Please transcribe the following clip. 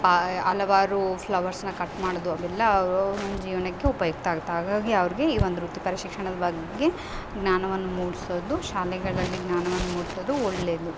ಪ ಹಲವಾರು ಫ್ಲವರ್ಸನ್ನ ಕಟ್ ಮಾಡೋದು ಅವೆಲ್ಲ ಅವ್ರ ಜೀವನಕ್ಕೆ ಉಪಯುಕ್ತ ಆಗತ್ತೆ ಹಾಗಾಗಿ ಅವ್ರಿಗೆ ಈ ಒಂದು ವೃತ್ತಿಪರ ಶಿಕ್ಷಣದ ಬಗ್ಗೆ ಜ್ಞಾನವನ್ನ ಮೂಡಿಸೋದು ಶಾಲೆಗಳಲ್ಲಿ ಜ್ಞಾನವನ್ನ ಮೂಡಿಸೋದು ಒಳ್ಳೆಯದು